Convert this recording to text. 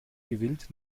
gewillt